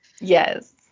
Yes